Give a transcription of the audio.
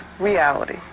reality